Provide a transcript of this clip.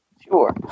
Sure